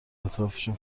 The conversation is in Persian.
اطرافشون